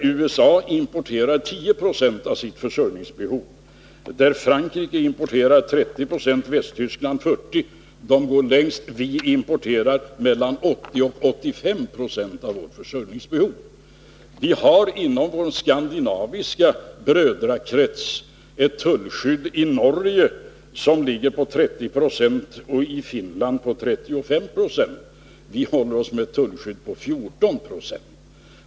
USA importerar 10 96 av sitt försörjningsbehov, Frankrike 30 26 och Västtyskland 40 26. De går längst av de länder jag jämför med. Vi importerar mellan 80 och 85 96 av vårt försörjningsbehov! Vi har inom den skandinaviska brödrakretsen ett tullskydd som i Norge ligger på 30 20 och i Finland på 35 26. Vi håller oss med ett tullskydd på 14 go!